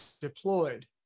deployed